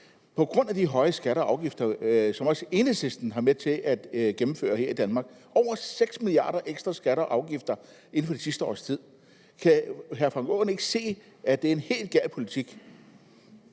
på grund af de høje skatter og afgifter, som også Enhedslisten har været med til at gennemføre her i Danmark: over 6 mia. kr. ekstra i skatter og afgifter inden for det sidste års tid. Kan hr. Frank Aaen ikke se, at det er en helt gal politik?